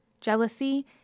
jealousy